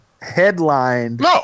headlined